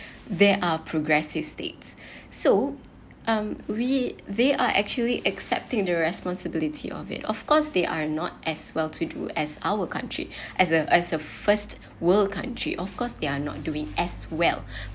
they are progressive states so um we they are actually accepting the responsibility of it of course they are not as well to do as our country as a as a first world country of course they are not doing as well